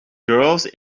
girls